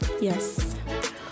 yes